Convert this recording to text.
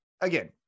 Again